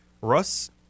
Russ